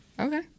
Okay